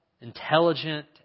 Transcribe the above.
intelligent